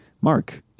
Mark